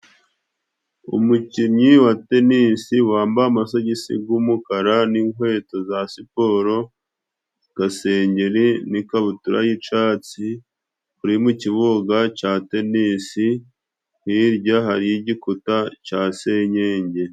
Umukinnyi wa tenisi wambaye amasogisi g'umukara n'inkweto za siporo, agasengeri n'ikabutura y'icatsi uri mu kibuga ca tenisi, hirya hariyo igikuta ca senyenge.